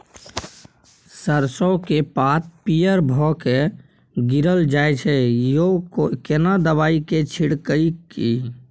सरसो के पात पीयर भ के गीरल जाय छै यो केना दवाई के छिड़कीयई?